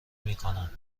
میکنم